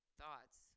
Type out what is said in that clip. thoughts